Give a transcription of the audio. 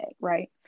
right